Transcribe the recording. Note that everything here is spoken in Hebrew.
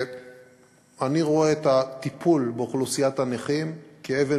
אני רואה את הטיפול באוכלוסיית הנכים כאבן